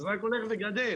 וזה רק הולך וגדל.